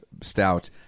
stout